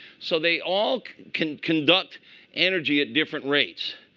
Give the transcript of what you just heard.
so they all can conduct energy at different rates.